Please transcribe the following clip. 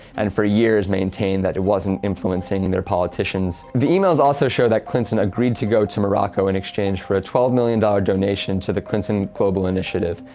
and for years maintained that it wasn't influencing their politicians. the emails also show that clinton agreed to go to morocco in exchange for a twelve million dollars donation to the clinton global initiative.